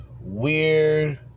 weird